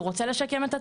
הוא רוצה לשקם את עצמו,